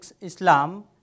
Islam